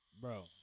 Bro